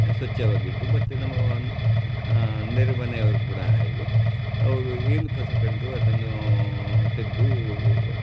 ಸ್ವಚ್ಛವಾಗಿಟ್ಟು ಮತ್ತೆ ನಮ್ಮ ನೆರೆಮನೆಯವರು ಕೂಡ ಹಾಗೆ ಅವರು ಏನು ಕಸ ಕಂಡರೂ ಅದನ್ನು ತೆಗೆದು